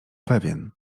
pewien